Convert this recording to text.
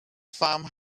farm